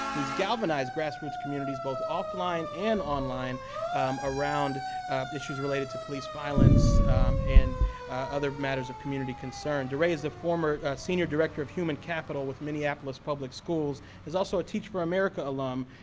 and he's galvanized grass roots communities both offline and online around issues related to police violence and other matters of community concern. deray is a former senior director of human capital with minneapolis schools, is also a teach for america alum.